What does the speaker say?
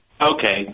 Okay